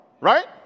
right